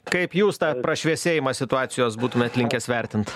kaip jūs tą prašviesėjimą situacijos būtumėt linkęs vertint